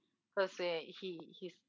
that's why he he's